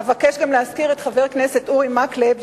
אבקש גם להזכיר את חבר הכנסת אורי מקלב,